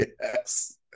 Yes